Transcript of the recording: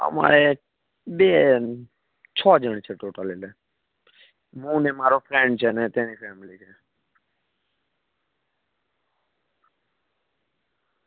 અમારે બે છ જણ છે ટોટલ એટલે હું ને મારો ફ્રેન્ડ છે ને તેની ફેમીલી છે